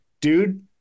dude